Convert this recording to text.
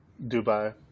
Dubai